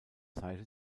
seite